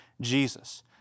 Jesus